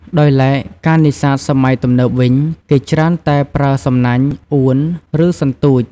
ដោយឡែកការនេសាទសម័យទំនើបវិញ គេច្រើនតែប្រើសំណាញ់ អួន ឬ សន្ទូច។